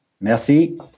Merci